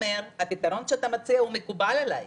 הפתרון שאתה מציע מקובל עלי,